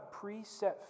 preset